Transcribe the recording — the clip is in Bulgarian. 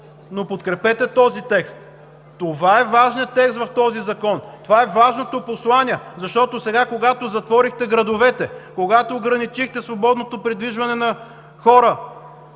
но подкрепете този текст. Това е важният текст в този закон, това е важното послание. Защото сега, когато затворихте градовете, когато ограничихте свободното придвижване на хора,